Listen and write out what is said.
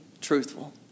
truthful